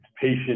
patient